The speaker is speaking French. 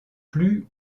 plus